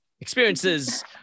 Experiences